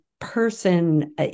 person